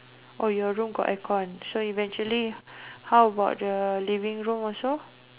oh your room got aircon so eventually how about the living room also